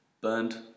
burned